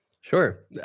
Sure